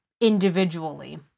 individually